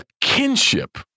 kinship